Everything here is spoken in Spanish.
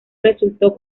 resultó